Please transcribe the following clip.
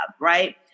Right